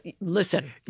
Listen